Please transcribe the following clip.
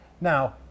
now